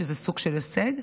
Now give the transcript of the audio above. שזה סוג של הישג,